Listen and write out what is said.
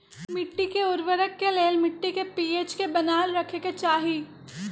मिट्टी के उर्वरता के लेल मिट्टी के पी.एच के बनाएल रखे के चाहि